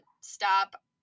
stop